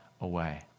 away